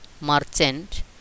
merchant